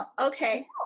okay